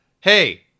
Hey